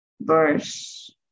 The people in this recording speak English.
verse